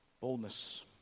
boldness